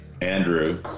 andrew